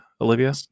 Olivia